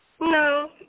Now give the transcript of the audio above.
No